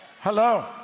hello